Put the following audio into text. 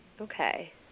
Okay